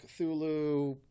Cthulhu